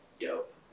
Dope